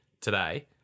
today